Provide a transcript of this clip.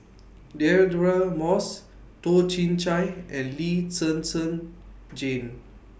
Deirdre Moss Toh Chin Chye and Lee Zhen Zhen Jane